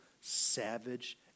savage